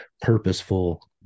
purposeful